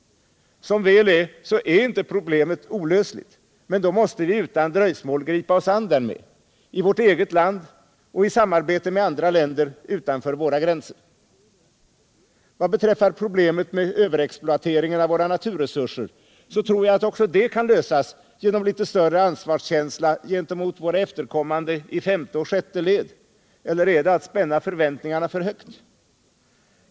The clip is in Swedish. Problemet är, som väl är, inte olösligt, men då måste vi utan dröjsmål gripa oss an därmed, i vårt eget land och i samarbete med andra länder utanför våra gränser. Vad beträffar problemet med överexploateringen av våra naturresurser tror jag att också det kan lösas genom litet större ansvarskänsla gentemot våra efterkommande i femte och sjätte led — eller är det att spänna förväntningarna för högt?